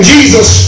Jesus